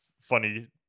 funny